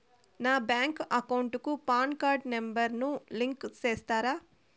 నా bank account కు PAN card number ను లింకు సేస్తారా?